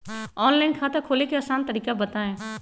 Online खाता खोले के आसान तरीका बताए?